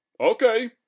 Okay